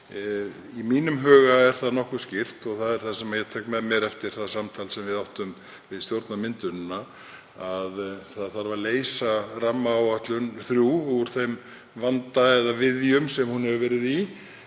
Í mínum huga er nokkuð skýrt, og það er það sem ég tek með mér eftir það samtal sem við áttum við stjórnarmyndunina, að það þarf að leysa rammaáætlun 3 úr þeim vanda eða viðjum sem hún hefur verið í